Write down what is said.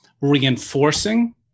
reinforcing